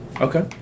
Okay